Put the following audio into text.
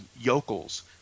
yokels